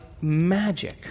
magic